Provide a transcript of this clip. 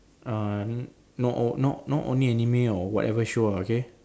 uh not all not not only anime or whatever show ah okay